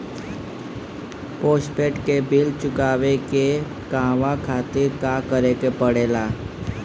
Postpaid के bill चुकावे के कहवा खातिर का करे के पड़ें ला?